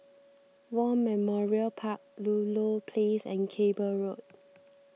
War Memorial Park Ludlow Place and Cable Road